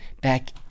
back